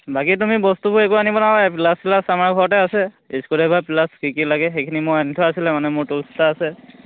বাকী তুমি বস্তুবোৰ একো আনিব নালাগে প্লাচ ত্লাছ আমাৰ ঘৰতে আছে কি কি লাগে সেইখিনি মোৰ আনি থোৱা আছিলে মানে মোৰ আছে